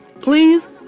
Please